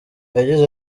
yagize